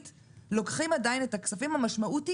אנחנו לוקחים עדיין את הכספים המשמעות היא